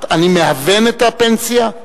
אני מהוון את הפנסיה?